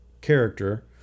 character